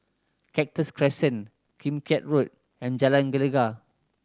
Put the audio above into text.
Cactus Crescent Kim Keat Road and Jalan Gelegar